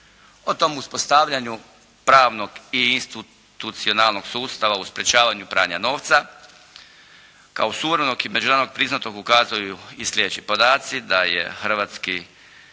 O tom uspostavljanju pravnog i institucionalnog sustava u sprečavanju pranja novca kao suvremenog i međunarodno priznatog ukazuju i sljedeći podaci da je hrvatski